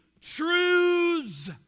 truths